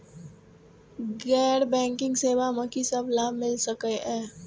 गैर बैंकिंग सेवा मैं कि सब लाभ मिल सकै ये?